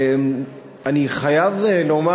אני חייב לומר